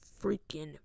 freaking